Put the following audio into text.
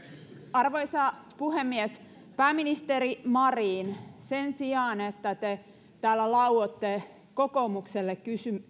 arvoisa puhemies pääministeri marin sen sijaan että te täällä lauotte kokoomukselle